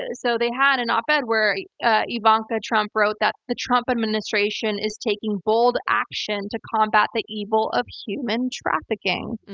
ah so, they had an op-ed where ivanka trump wrote that the trump administration is taking bold action to combat the evil of human trafficking.